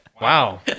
wow